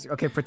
Okay